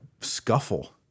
scuffle